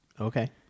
Okay